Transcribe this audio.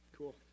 Cool